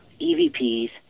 EVPs